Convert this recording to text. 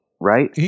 right